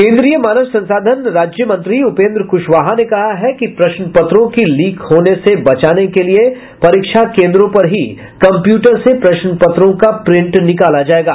केंद्रीय मानव संसाधन राज्य मंत्री उपेंद्र कुशवाहा ने कहा है कि प्रश्नपत्रों को लीक होने से बचाने के लिये परीक्षा केंद्रों पर ही कंप्यूटर से प्रश्नपत्रों का प्रिंट निकाला जायेगा